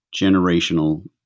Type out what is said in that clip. generational